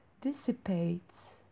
dissipates